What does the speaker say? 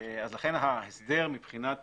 לכן ההסדר מבחינת